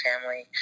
family